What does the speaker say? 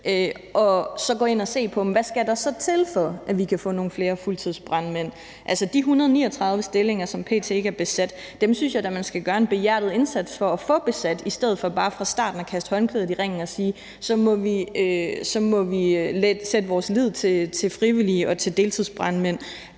så at gå ind og se på, hvad der så skal til for, at vi kan få nogle flere fuldtidsbrandmænd. De 139 stillinger, som p.t. ikke er besat, synes jeg da man skal gøre en behjertet indsats for at få besat i stedet for bare fra starten af at kaste håndklædet i ringen og sige, at så må vi sætte vores lid til frivillige og til deltidsbrandmænd.